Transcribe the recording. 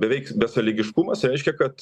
beveik besąlygiškumas reiškia kad